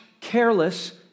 careless